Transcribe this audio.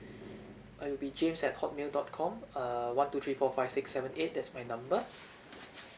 uh it will be james at hotmail dot com err one two three four five six seven eight that's my number